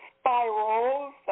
spirals